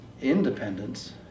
independence